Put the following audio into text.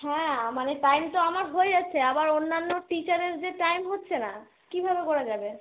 হ্যাঁ আমাদের টাইম তো আমার হয়েছে আবার অন্যান্য টিচারের যে টাইম হচ্ছে না কীভাবে করা যাবে